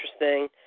interesting